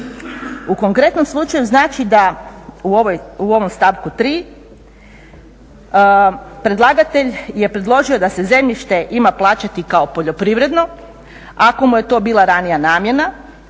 U konkretnom slučaju znači da u ovom stavku 3. predlagatelj je predložio da se zemljište ima plaćati kao poljoprivredno ako mu je to bila ranija namjena